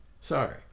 Sorry